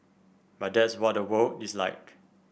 but that's what the world is like